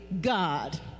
God